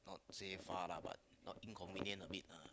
not say far lah but not inconvinient a bit lah